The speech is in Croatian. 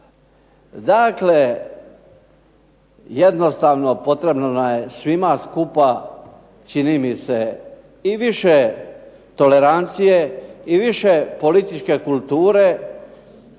Dakle, jednostavno potrebno nam je svima skupa čini mi se i više tolerancije i više političke kulture